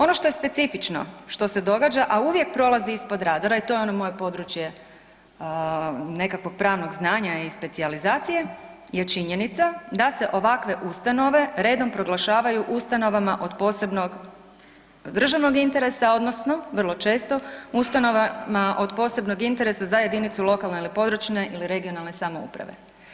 Ono što je specifično, što se događa, a uvijek prolazi ispod radara i to je ono moje područje nekakvog pravnog znanja i specijalizacije je činjenica da se ovakve ustanove redom proglašavaju ustanovama od posebnog državnog interesa odnosno vrlo često ustanovama od posebnog interesa za jedinicu lokalne ili područne ili regionalne samouprave.